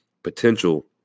potential